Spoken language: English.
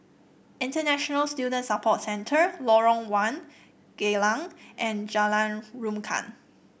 International Student Support Centre Lorong One Geylang and Jalan Rukam